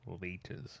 liters